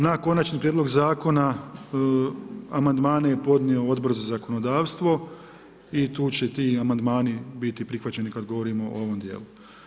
Na konačni prijedlog zakona amandmane je podnio Odbor za zakonodavstvo i tu će ti amandmani biti prihvaćeni kada govorimo o ovom dijelu.